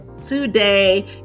today